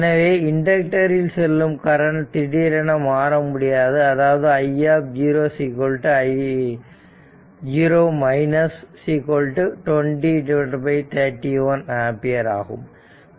எனவே இண்டக்டர் இல் செல்லும் கரண்ட் திடீரென மாற முடியாது அதாவது i 2031 ஆம்பியர் ஆகும்